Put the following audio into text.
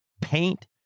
paint